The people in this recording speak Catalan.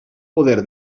poder